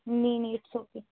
نہیں نہیں it's okay